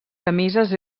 camises